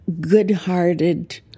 good-hearted